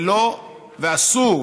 ואסור,